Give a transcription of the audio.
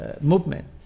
Movement